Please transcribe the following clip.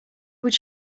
would